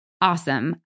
awesome